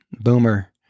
Boomer